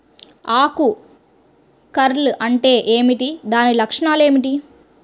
ఆకు కర్ల్ అంటే ఏమిటి? దాని లక్షణాలు ఏమిటి?